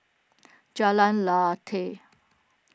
Jalan Lateh